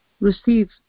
receive